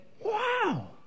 wow